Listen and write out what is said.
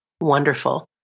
wonderful